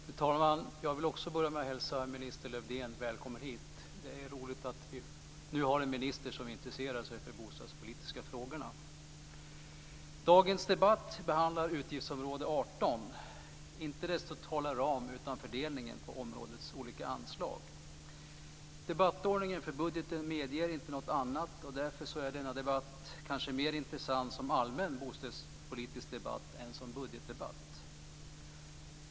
Fru talman! Också jag vill börja med att hälsa minister Lövdén välkommen hit. Det är roligt att vi nu har en minister som intresserar sig för de bostadspolitiska frågorna. Dagens debatt behandlar utgiftsområde 18 - inte dess totala ram, utan fördelningen av områdets olika anslag. Debattordningen för budgeten medger inte något annat. Därför är denna debatt kanske mer intressant som en allmän bostadspolitisk debatt än som en budgetdebatt.